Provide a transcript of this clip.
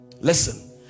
Listen